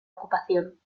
ocupación